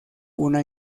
una